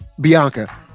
Bianca